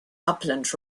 upland